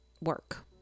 work